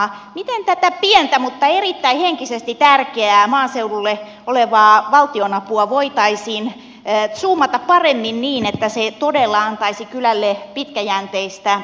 miten tätä pientä mutta henkisesti erittäin tärkeää maaseudulla olevaa valtionapua voitaisiin zoomata paremmin niin että se todella antaisi kylälle pitkäjänteistä toimintatukea